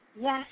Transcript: Yes